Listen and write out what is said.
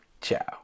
Ciao